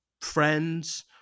friends